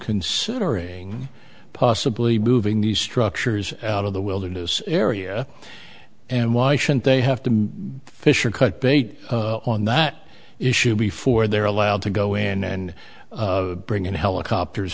considering possibly moving these structures out of the wilderness area and why shouldn't they have to fish or cut bait on that issue before they're allowed to go in and bring in helicopters